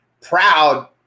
proud